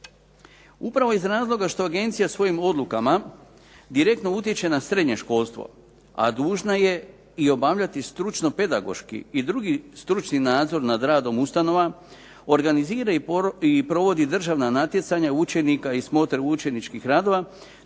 Upravo iz razloga što agencija svojim odlukama direktno utječe na srednje školstvo a dužna je i obavljati stručno pedagoški i drugi stručni nadzor nad radom ustanova, organizira i provodi državna natjecanja učenika i smotre učeničkih radova